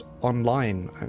online